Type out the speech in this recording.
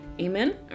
Amen